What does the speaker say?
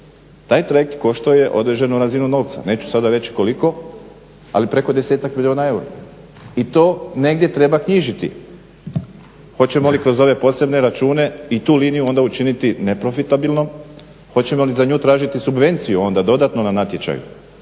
Taj trajekt košto je određenu razinu novca, neću sada reći koliko ali preko desetak milijuna eura i to negdje treba knjižiti. Hoćemo li kroz ove posebne račune i tu liniju onda učiniti neprofitabilnom? Hoćemo li za nju tražiti subvenciju dodatno na natječaju?